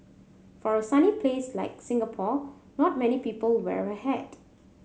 for a sunny place like Singapore not many people wear a hat